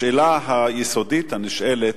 השאלה היסודית הנשאלת: